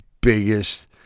biggest